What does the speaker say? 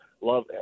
love